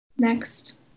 Next